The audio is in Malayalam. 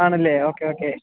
ആണല്ലേ ഓക്കെ ഓക്കെ